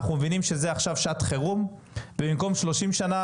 אנחנו מבינים שזה עכשיו שעת חירום ובמקום 30 שנה